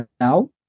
now